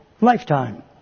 lifetime